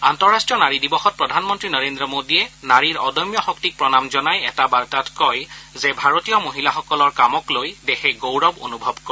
আন্তঃৰাষ্ট্ৰীয় নাৰী দিৱসত প্ৰধানমন্ত্ৰী নৰেন্দ্ৰ মোদীয়ে নাৰীৰ অদম্য শক্তিক প্ৰণাম জনাই এটা বাৰ্তাত কয় যে ভাৰতীয় মহিলাসকলৰ কামক লৈ দেশে গৌৰৱ অনুভৱ কৰে